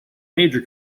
major